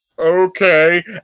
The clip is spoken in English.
Okay